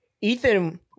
Ethan